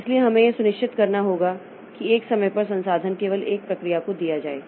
इसलिए हमें यह सुनिश्चित करना होगा कि एक समय पर संसाधन केवल एक प्रक्रिया को दिया जाए